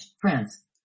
France